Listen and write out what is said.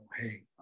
hey